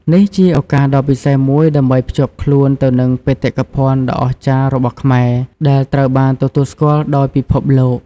នេះជា ឱកាសដ៏ពិសេសមួយដើម្បីភ្ជាប់ខ្លួនទៅនឹងបេតិកភណ្ឌដ៏អស្ចារ្យរបស់ខ្មែរ ដែលត្រូវបានទទួលស្គាល់ដោយពិភពលោក។